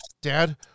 dad